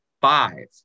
five